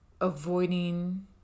avoiding